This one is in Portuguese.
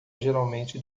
geralmente